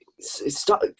stop